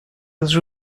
was